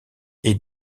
est